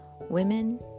women